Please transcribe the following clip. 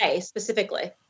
specifically